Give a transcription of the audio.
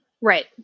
Right